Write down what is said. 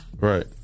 Right